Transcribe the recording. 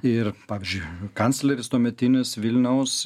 ir pavyzdžiui kancleris tuometinis vilniaus